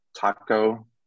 Taco